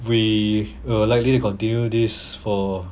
we are likely to continue this for